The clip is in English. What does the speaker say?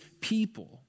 people